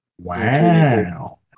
Wow